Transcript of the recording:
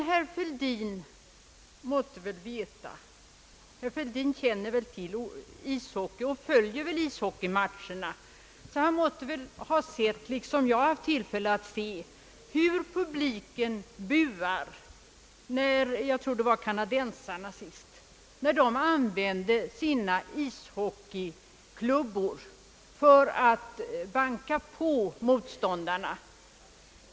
Herr Fälldin känner väl till ishockey och följer väl med ishockeymatcherna och måste väl därför ha sett, liksom jag har haft tillfälle, hur publiken buade när — jag tror det senast var kanadensarna — använde sina ishockeyklubbor för att banka på motståndarna.